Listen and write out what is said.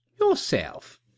Yourself